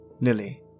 Lily